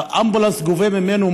האמבולנס גובה ממנו,